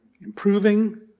improving